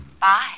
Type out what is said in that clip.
Bye